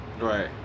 Right